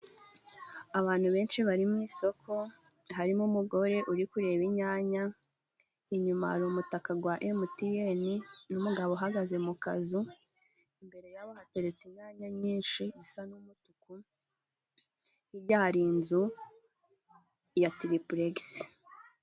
Abantu benshi bari mu isoko, harimo umugore uri kureba inyanya, inyuma hari umutaka wa emutiyene ,n'umugabo uhagaze mu kazu, imbere yabo hateretse inyanya nyinshi zisa n'umutuku, hirya hari inzu ya tiripuregisi.